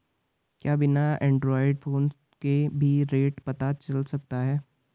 क्या बिना Android phone के भी रेट पता चल सकता है?